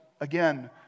again